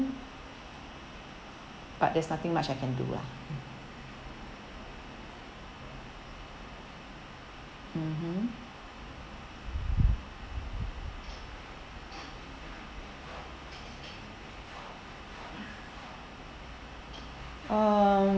but there's nothing much I can do lah mm mmhmm um